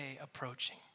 approaching